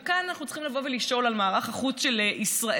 וכאן אנחנו צריכים לבוא ולשאול על מערך החוץ של ישראל,